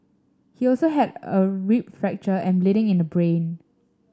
he also had a rib fracture and bleeding in the brain